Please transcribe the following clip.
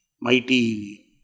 mighty